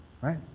Right